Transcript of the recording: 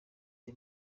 the